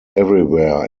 everywhere